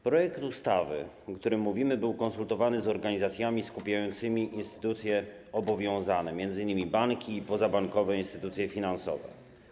Projekt ustawy, o którym mówimy, był konsultowany z organizacjami skupiającymi instytucje obowiązane, m.in. banki i pozabankowe instytucje finansowe.